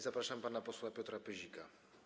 Zapraszam pana posła Piotra Pyzika.